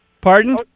Pardon